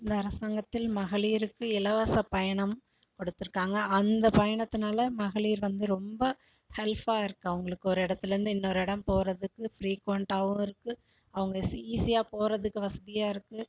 இந்த அரசாங்கத்தில் மகளிருக்கு இலவச பயணம் கொடுத்துருக்காங்க அந்த பயணத்தினால மகளிர் வந்து ரொம்ப ஹெல்ஃபாக இருக்குது அவர்களுக்கு ஒரு இடத்துலேந்து இன்னோரு இடம் போகிறதுக்கு ஃப்ரீக்வொண்ட்டாகவும் இருக்குது அவங்க ஈஸி ஈஸியாக போறதுக்கு வசதியாக இருக்குது